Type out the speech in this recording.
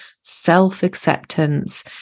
self-acceptance